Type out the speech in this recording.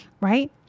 right